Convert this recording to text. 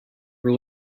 were